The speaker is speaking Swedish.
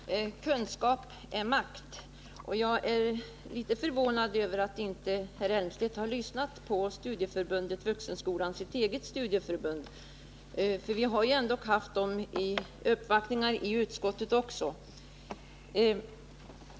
Fru talman! Kunskap är makt. Jag är därför litet förvånad över att herr Elmstedt inte har lyssnat på sitt eget studieförbund, Vuxenskolan — vi har ju haft uppvaktningar i utskottet också.